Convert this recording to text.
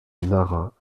nara